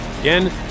Again